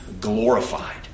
glorified